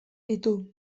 ditu